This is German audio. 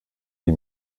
die